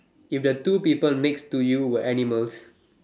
if the two people next to you were animals